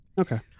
Okay